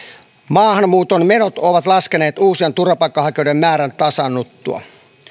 maahanmuuton menot ovat laskeneet uusien turvapaikanhakijoiden määrän tasaannuttua